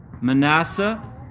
Manasseh